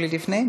שולי לפני?